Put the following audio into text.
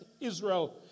Israel